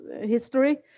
history